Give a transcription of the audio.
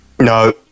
No